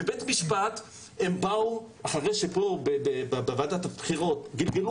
בבית המשפט הם באו אחרי שפה בוועדת הבחירות גלגלו